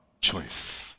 choice